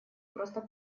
просто